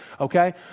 Okay